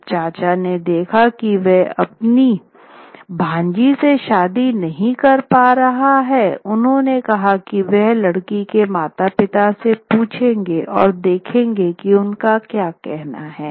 जब चाचा ने देखा कि वह अपनी भांजी से शादी नहीं कर पा रहा है उन्होंने कहा कि वह लड़की के माता पिता से पूछेंगे और देखेंगे कि उनका क्या कहना है